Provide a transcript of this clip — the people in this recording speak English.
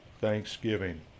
Thanksgiving